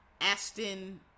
Aston